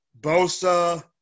Bosa